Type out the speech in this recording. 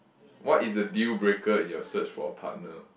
what is a deal breaker in your search for a partner